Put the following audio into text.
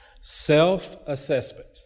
Self-assessment